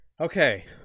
Okay